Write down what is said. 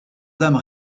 dames